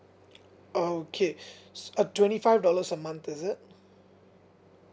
okay so uh twenty five dollars a month is it